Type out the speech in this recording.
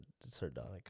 Sardonic